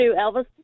Elvis